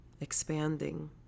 Expanding